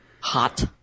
Hot